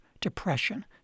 depression